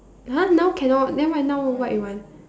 !huh! now cannot then right now what you want